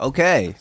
Okay